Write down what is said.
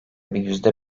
yüzde